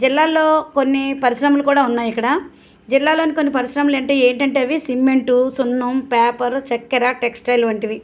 జిల్లాలో కొన్ని పరిశ్రమలు కూడా ఉన్నాయి ఇక్కడ జిల్లాలో కొన్ని పరిశ్రమలు అంటే ఏమిటంటే అవి సిమెంటు సున్నం పేపర్ చక్కెర టెక్స్టైల్ వంటివి